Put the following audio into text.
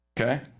okay